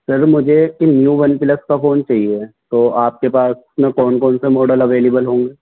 سر مجھے ایک new OnePlus کا فون چاہیے ہے تو آپ کے پاس کون کون سا ماڈل اویلیبل ہوں گے